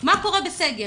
מה קורה בסגר,